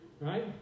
right